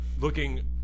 Looking